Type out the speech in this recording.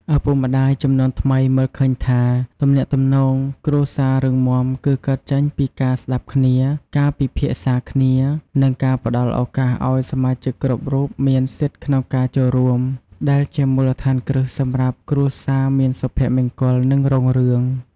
ឪពុកម្ដាយជំនាន់ថ្មីមើលឃើញថា ទំនាក់ទំនងគ្រួសាររឹងមាំគឺកើតចេញពីការស្ដាប់គ្នា ការពិភាក្សាគ្នា និងការផ្ដល់ឱកាសឲ្យសមាជិកគ្រប់រូបមានសិទ្ធិក្នុងការចូលរួម ដែលជាមូលដ្ឋានគ្រឹះសម្រាប់គ្រួសារមានសុភមង្គល និងរុងរឿង។